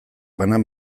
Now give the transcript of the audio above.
banan